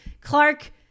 Clark